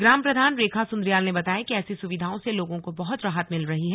ग्राम प्रधान रेखा सुन्द्रियाल ने बताया कि ऐसी सुविधाओं से लोगों को बहुत राहत मिल रही है